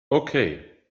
okay